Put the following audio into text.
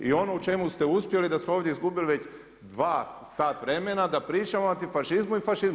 I ono u čemu ste uspjeli da smo ovdje izgubili dva sata vremena, da pričamo o antifašizmu i fašizmu.